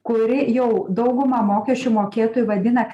kuri jau daugumą mokesčių mokėtojų vadina